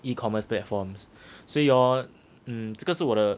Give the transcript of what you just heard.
e commerce platforms 所以 hor um 这个是我的